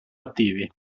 attivi